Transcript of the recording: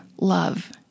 love